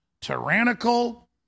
tyrannical